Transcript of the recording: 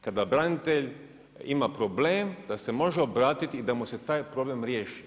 Kada branitelj ima problem, da se može obratiti i da mu se taj problem riješi.